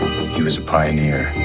he was a pioneer